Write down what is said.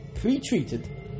pre-treated